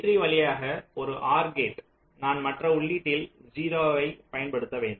G3 வழியாக ஒரு or gate நான் மற்ற உள்ளீட்டில் 0 ஐப் பயன்படுத்த வேண்டும்